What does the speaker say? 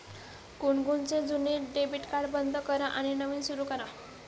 गुनगुनचे जुने debit card बंद करा आणि नवीन सुरू करा